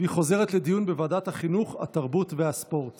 הודעת ועדת החינוך, התרבות והספורט